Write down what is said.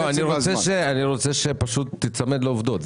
אני רוצה שפשוט תיצמד לעובדות.